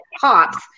pops